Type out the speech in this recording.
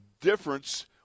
difference –